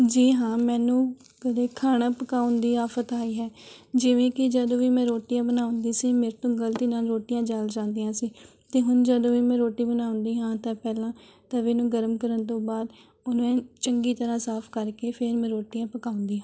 ਜੀ ਹਾਂ ਮੈਨੂੰ ਕਦੇ ਖਾਣਾ ਪਕਾਉਣ ਦੀ ਆਫ਼ਤ ਆਈ ਹੈ ਜਿਵੇਂ ਕਿ ਜਦੋਂ ਵੀ ਮੈਂ ਰੋਟੀਆਂ ਬਣਾਉਂਦੀ ਸੀ ਮੇਰੇ ਤੋਂ ਗਲਤੀ ਨਾਲ ਰੋਟੀਆਂ ਜਲ ਜਾਂਦੀਆਂ ਸੀ ਅਤੇ ਹੁਣ ਜਦੋਂ ਵੀ ਮੈਂ ਰੋਟੀ ਬਣਾਉਂਦੀ ਹਾਂ ਤਾਂ ਪਹਿਲਾਂ ਤਵੇ ਨੂੰ ਗਰਮ ਕਰਨ ਤੋਂ ਬਾਅਦ ਉਹਨੂੰ ਐਨ ਚੰਗੀ ਤਰ੍ਹਾਂ ਸਾਫ਼ ਕਰਕੇ ਫੇਰ ਮੈਂ ਰੋਟੀਆਂ ਪਕਾਉਂਦੀ ਹਾਂ